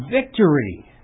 victory